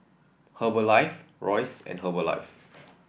Herbalife Royce and Herbalife